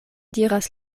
diras